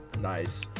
Nice